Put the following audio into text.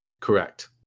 Correct